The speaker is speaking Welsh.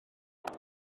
dda